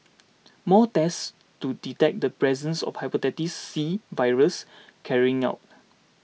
more tests to detect the presence of Hepatitis C virus carried out